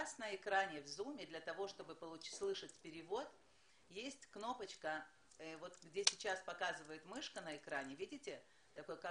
ללחוץ על רוסית ואם אתם מדברים בעברית תישארו בעברית.